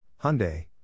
Hyundai